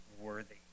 worthy